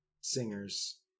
singers